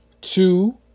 two